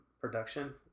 production